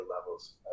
levels